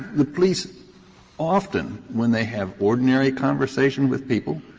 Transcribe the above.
the police often, when they have ordinary conversation with people,